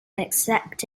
accept